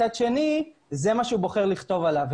מצד שני, זה מה שהוא בוחר לכתוב עליו.